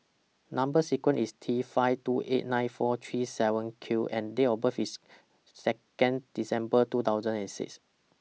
Number sequence IS T five two eight nine four three seven Q and Date of birth IS Second December two thousand and six